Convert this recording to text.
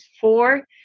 four